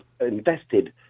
invested